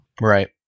right